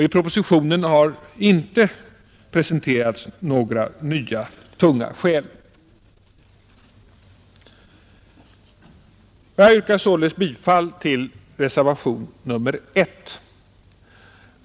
I propositionen har inte presenterats några nya tunga skäl. Jag yrkar således bifall till reservationen 1.